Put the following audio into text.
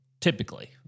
Typically